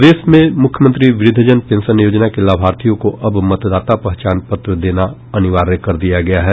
प्रदेश में मुख्यमंत्री वृद्धजन पेंशन योजना के लाभर्थियों को अब मतदाता पहचान पत्र देना अनिवार्य कर दिया गया है